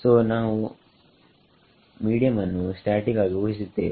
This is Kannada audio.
ಸೋನಾವು ಮೀಡಿಯಂ ಅನ್ನು ಸ್ಟಾಟಿಕ್ ಆಗಿ ಊಹಿಸಿದ್ದೇವೆ